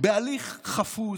בהליך חפוז,